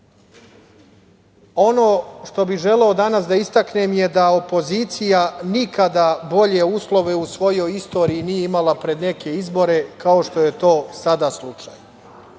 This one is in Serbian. što bih želeo danas da istaknem je da opozicija nikada bolje uslove u svojoj istoriji nije imala pred neke izbore kao što je to sada slučaj. Na